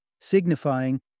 signifying